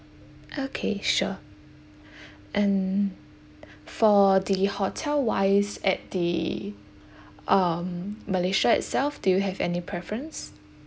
okay sure and for the hotel wise at the um malaysia itself do you have any preference